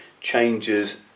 changes